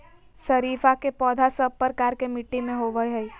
शरीफा के पौधा सब प्रकार के मिट्टी में होवअ हई